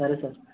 సరే సార్